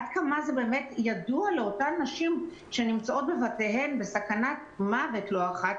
עד כמה זה ידוע לאותן נשים שנמצאות בבתיהן בסכנת מוות לא אחת,